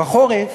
בחורף